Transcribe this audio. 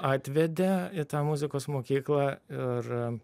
atvedė į tą muzikos mokyklą ir